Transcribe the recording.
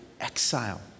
exile